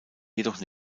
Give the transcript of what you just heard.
jedoch